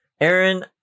Aaron